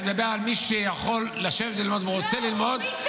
אני מדבר על מי שיכול לשבת ללמוד ורוצה ללמוד.